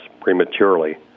prematurely